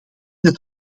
dat